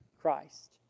Christ